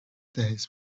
days